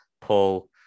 Paul